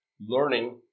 learning